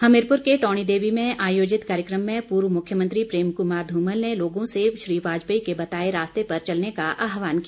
हमीरपुर के टौणी देवी में आयोजित कार्यक्रम में पूर्व मुख्यमंत्री प्रेम कुमार धूमल ने लोगों से श्री वाजपेयी के बताए रास्ते पर चलने का आह्वान किया